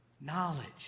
knowledge